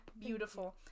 beautiful